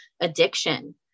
addiction